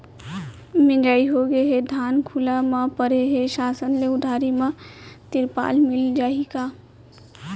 मिंजाई होगे हे, धान खुला म परे हे, शासन ले उधारी म तिरपाल मिलिस जाही का?